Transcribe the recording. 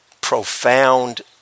profound